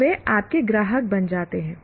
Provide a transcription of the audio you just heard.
तो वे आपके ग्राहक बन जाते हैं